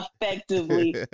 effectively